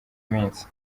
minsi